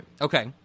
Okay